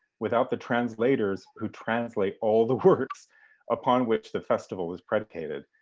without the translators who translate all the words upon which the festival was predicated.